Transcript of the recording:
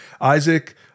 Isaac